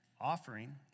offering